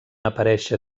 aparèixer